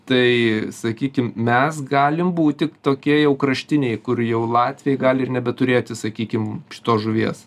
tai sakykim mes galim būti tokie jau kraštiniai kur jau latviai gali ir nebeturėti sakykim šitos žuvies